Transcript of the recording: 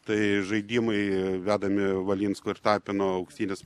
tai žaidimai vedami valinsko ir tapino auksinis